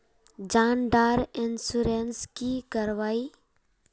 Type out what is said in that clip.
जान डार इंश्योरेंस की करवा ई?